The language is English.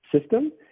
system